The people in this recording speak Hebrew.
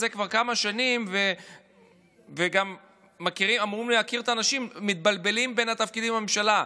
כבר כמה שנים ואמורים להכיר את האנשים מתבלבלים בתפקידים בממשלה.